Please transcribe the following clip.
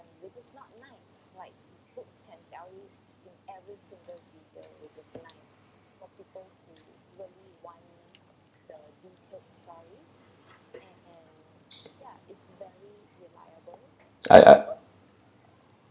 I I